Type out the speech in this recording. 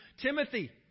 Timothy